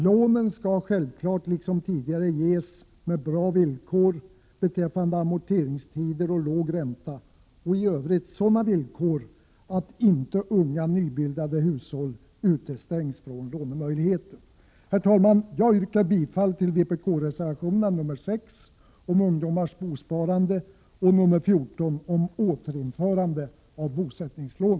Lånen skall självfallet liksom tidigare ges med bra villkor beträffande amorteringstider och med låg ränta samt i övrigt med sådana villkor att inte unga nybildade hushåll utestängs från lånemöjligheten. Herr talman! Jag yrkar bifall till vpk-reservationerna nr 6 om ungdomars bosparande m.m. och nr 14 om återinförande av bosättningslån.